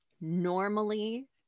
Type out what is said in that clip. Normally